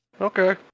Okay